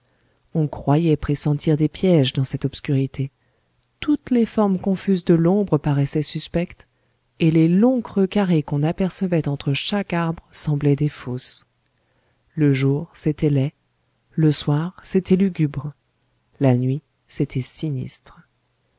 on croyait pressentir des pièges dans cette obscurité toutes les formes confuses de l'ombre paraissaient suspectes et les longs creux carrés qu'on apercevait entre chaque arbre semblaient des fosses le jour c'était laid le soir c'était lugubre la nuit c'était sinistre